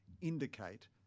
indicate